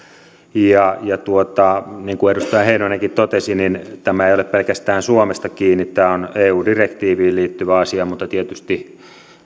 niin kuin edustaja heinonenkin totesi tämä ei ole pelkästään suomesta kiinni vaan tämä on eu direktiiviin liittyvä asia mutta tietysti